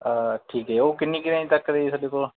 ਠੀਕ ਹੈ ਉਹ ਕਿੰਨੀ ਕੁ ਰੇਂਜ ਤੱਕ ਦੇ ਤੁਹਾਡੇ ਕੋਲ